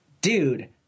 dude